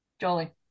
Jolly